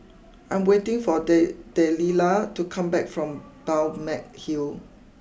I'm waiting for day Delilah to come back from Balmeg Hill